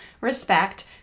respect